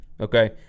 Okay